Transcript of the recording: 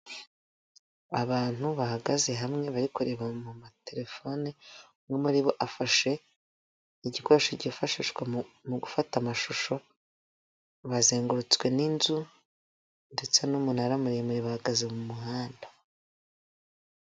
Abantu bahagaze hamwe bari kureba mu materefone, umwe muri bo afashe igikoresho cyifashishwa mu gufata amashusho, bazengurutswe n'inzu ndetse n'umunara muremure bahagaze mu muhanda.